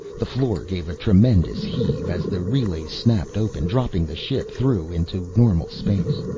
the floor gave a tremendous heave as the relays snapped open, dropping the ship through into normal space.